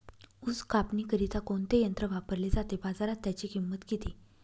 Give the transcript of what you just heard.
ऊस कापणीकरिता कोणते यंत्र वापरले जाते? बाजारात त्याची किंमत किती?